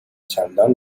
چندان